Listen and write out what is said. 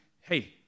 hey